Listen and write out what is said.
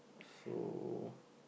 so